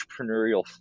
entrepreneurial